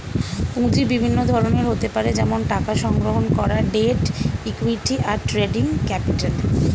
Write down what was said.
পুঁজি বিভিন্ন ধরনের হতে পারে যেমন টাকা সংগ্রহণ করা, ডেট, ইক্যুইটি, আর ট্রেডিং ক্যাপিটাল